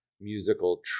musical